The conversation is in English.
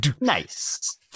Nice